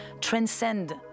transcend